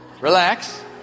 Relax